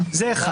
זה אחת.